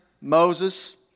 Moses